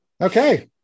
Okay